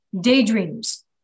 daydreams